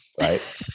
right